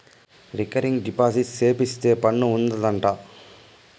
recurring deposit సేపిత్తే పన్ను ఉండదు అంట